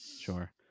sure